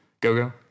Go-Go